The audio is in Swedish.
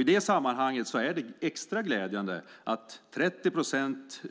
I det sammanhanget är det extra glädjande att de 30 procent